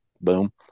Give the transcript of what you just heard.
Boom